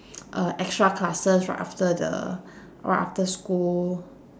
uh extra classes right after the right after school